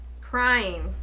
Crying